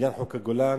בעניין חוק הגולן?